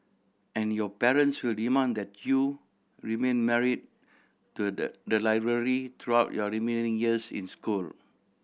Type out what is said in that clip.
and your parents will demand that you remain married to the the library throughout your remaining years in school